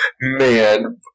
Man